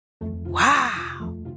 Wow